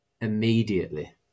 immediately